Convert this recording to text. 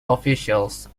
officials